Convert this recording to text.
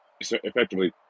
Effectively